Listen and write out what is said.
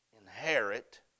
inherit